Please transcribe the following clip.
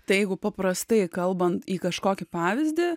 tai jeigu paprastai kalbant į kažkokį pavyzdį